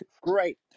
Great